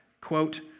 Quote